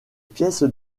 pièces